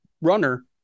runner